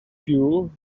fuel